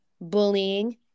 bullying